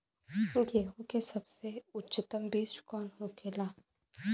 गेहूँ की सबसे उत्तम बीज कौन होखेला?